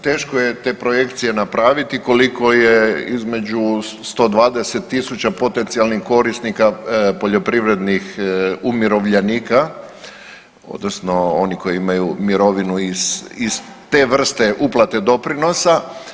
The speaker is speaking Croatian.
Teško je te projekcije napraviti koliko je između 120 tisuća potencijalnih korisnika poljoprivrednih umirovljenika odnosno oni koji imaju mirovinu iz te vrste uplate doprinosa.